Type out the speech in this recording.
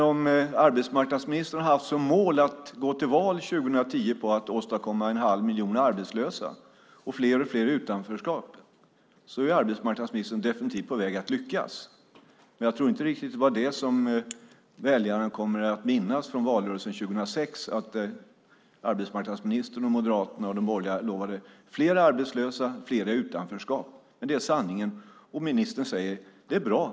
Om arbetsmarknadsministern har haft som mål att gå till val 2010 på att åstadkomma en halv miljon arbetslösa och fler och fler i utanförskap är arbetsmarknadsministern definitivt på väg att lyckas. Men jag tror inte riktigt att det som väljarna kommer att minnas från valrörelsen 2006 är att arbetsmarknadsministern, Moderaterna och de borgerliga lovade fler arbetslösa och fler i utanförskap. Men det är sanningen, och ministern säger: Det är bra.